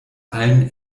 allen